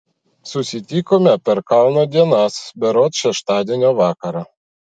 susitikome per kauno dienas berods šeštadienio vakarą